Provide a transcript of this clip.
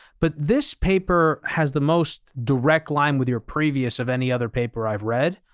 but this paper has the most direct line with your previous of any other paper i've read,